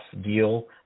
deal